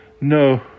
No